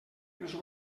els